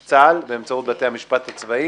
על ידי בתי המשפט הצבאי